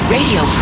Radio